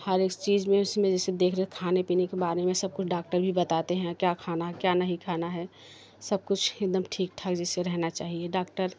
हर एक चीज में उसमें जैसे देखरेख खाने पीने के बारे में सब कुछ डॉक्टर ही बताते हैं क्या खाना है क्या नहीं खाना है सब कुछ एकदम ठीक ठाक जैसे रहना चाहिए डॉक्टर